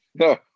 no